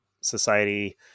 society